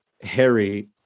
Harry